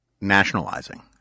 nationalizing